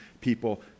people